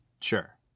Sure